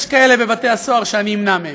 יש כאלה בבתי-הסוהר שאמנע מהם.